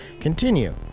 continue